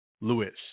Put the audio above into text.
Lewis